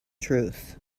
truth